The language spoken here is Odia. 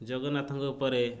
ଜଗନ୍ନାଥଙ୍କ ପରେ